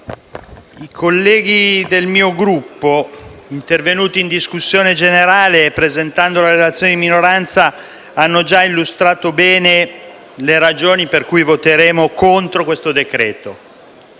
i colleghi del mio Gruppo, intervenuti in discussione generale e svolgendo la relazione di minoranza, hanno già illustrato bene le ragioni per cui voteremo contro la conversione